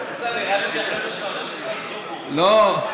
נראה לי שהחבר'ה שלך, לא.